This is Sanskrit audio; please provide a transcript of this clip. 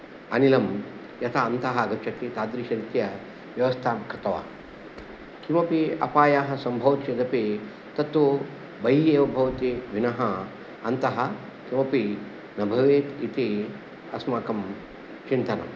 अनिलं यथा अन्तः आगच्छति तादृशरीत्या व्यवस्थां कृतवान् किमपि अपायाः सम्भवति चेदपि तत्तु बहिः एव भवति विना अन्तः किमपि न भवेत् इति अस्माकं चिन्तनं